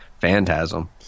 Phantasm